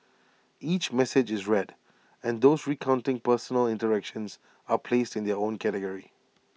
each message is read and those recounting personal interactions are placed in their own category